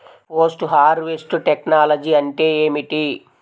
Post harvest technology అంటే ఏమిటి?